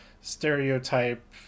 stereotype